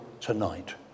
tonight